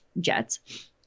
jets